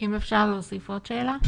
אם אפשר להוסיף עוד שאלה.